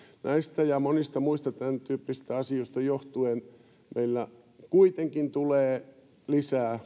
näistä ja monista muista tämäntyyppisistä asioista johtuen meillä tulee lisää